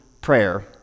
prayer